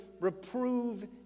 Reprove